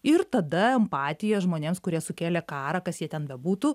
ir tada empatija žmonėms kurie sukėlė karą kas jie ten bebūtų